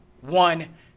one